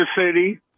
City